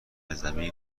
زمین